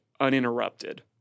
uninterrupted